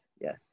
yes